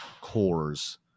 cores